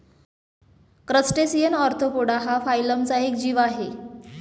crustacean arthropoda हा फायलमचा एक जीव आहे